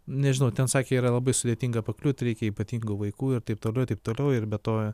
nežinau ten sakė yra labai sudėtinga pakliūti reikia ypatingų vaikų ir taip toliau ir taip toliau be to